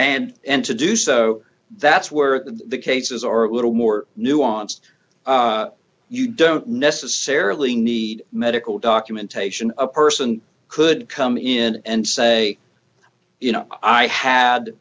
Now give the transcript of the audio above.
and and to do so that's where the cases are a little more nuanced you don't necessarily need medical documentation a person could come in and say you know i had